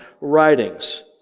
writings